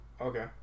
okay